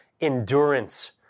endurance